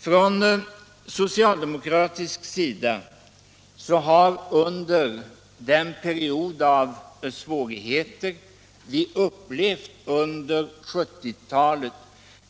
Från socialdemokratisk sida har under den period av svårigheter som vi upplevt under 1970-talet